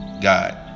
god